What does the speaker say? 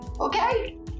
Okay